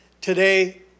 Today